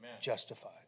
justified